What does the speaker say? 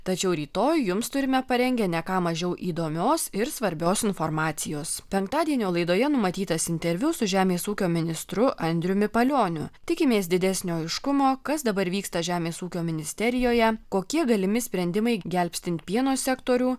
tačiau rytoj jums turime parengę ne ką mažiau įdomios ir svarbios informacijos penktadienio laidoje numatytas interviu su žemės ūkio ministru andriumi palioniu tikimės didesnio aiškumo kas dabar vyksta žemės ūkio ministerijoje kokie galimi sprendimai gelbstint pieno sektorių